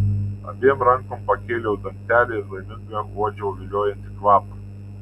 abiem rankom pakėliau dangtelį ir laiminga uodžiau viliojantį kvapą